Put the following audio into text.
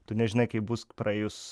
tu nežinai kaip bus praėjus